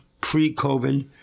pre-COVID